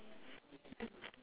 behind you have a barn house